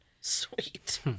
sweet